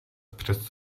přes